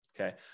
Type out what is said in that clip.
okay